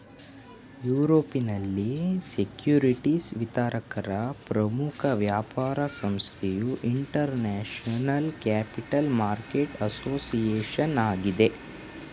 ಯುರೋಪ್ನಲ್ಲಿ ಸೆಕ್ಯೂರಿಟಿಸ್ ವಿತರಕರ ಪ್ರಮುಖ ವ್ಯಾಪಾರ ಸಂಸ್ಥೆಯು ಇಂಟರ್ನ್ಯಾಷನಲ್ ಕ್ಯಾಪಿಟಲ್ ಮಾರ್ಕೆಟ್ ಅಸೋಸಿಯೇಷನ್ ಆಗಿದೆ